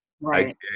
Right